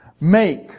Make